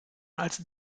als